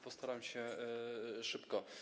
Postaram się szybko.